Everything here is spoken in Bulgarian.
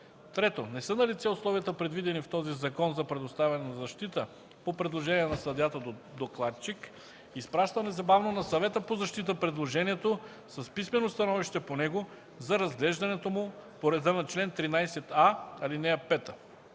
3. не са налице условията, предвидени в този закон за предоставяне на защита по предложение на съдията-докладчик, изпраща незабавно на Съвета по защита предложението с писмено становище по него за разглеждането му по реда на чл. 13а, ал. 5.”